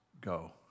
go